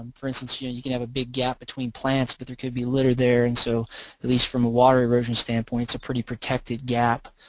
for instance, you know and you can have a big gap between plants but there could be litter there and so at least from a water erosion standpoint it's a pretty protected gap.